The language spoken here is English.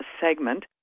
segment